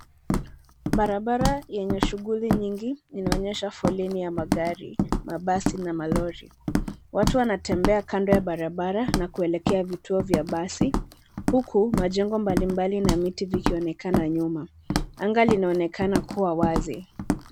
Barabara yenye shughuli nyingi inaonyesha foleni ya magari, mabasi na malori. Watu wanatembea kando ya barabara nakuelekea vituo vya basi, huku majengo mbalimbali na miti ikionekana nyuma. Anga linaonekana kuwa wazi.